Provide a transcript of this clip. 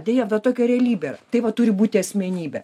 deja bet tokia realybė taip pat turi būti asmenybė